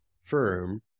firm